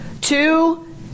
two